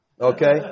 Okay